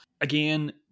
again